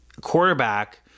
quarterback